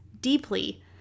deeply